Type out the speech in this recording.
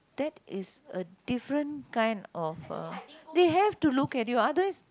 that is a different kind of a they have to look at you otherwise